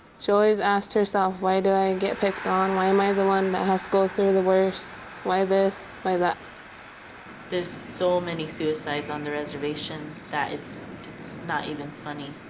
she always asked herself, why do i get picked on? why am i the one that has to go through the worse? why this, why that there's so many suicides on the reservation that it's it's not even funny.